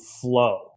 flow